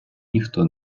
ніхто